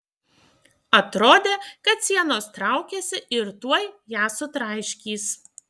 atrodė kad sienos traukiasi ir tuoj ją sutraiškys